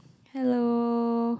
hello